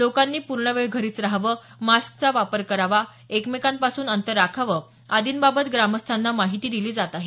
लोकांनी पूर्णवेळ घरीच राहावं मास्कचा वापर करावा एकमेकांपासून अंतर राखावं आदीबाबत ग्रामस्थांना माहिती दिली जात आहे